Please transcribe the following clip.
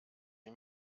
sie